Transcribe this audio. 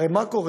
הרי מה קורה?